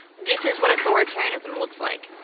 this is what authoritarianism looks like.